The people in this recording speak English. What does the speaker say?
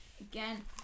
Again